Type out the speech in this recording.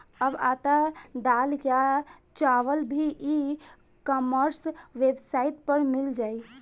अब आटा, दाल या चाउर भी ई कॉमर्स वेबसाइट पर मिल जाइ